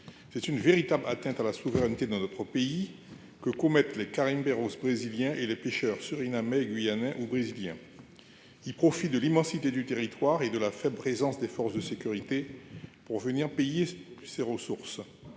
C'est une véritable atteinte à la souveraineté de notre pays que commettent les brésiliens et les pêcheurs surinamais, guyaniens ou brésiliens : ils profitent de l'immensité du territoire et de la faible présence des forces de sécurité pour venir piller ces ressources.